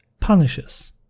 punishes